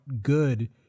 good